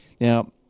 Now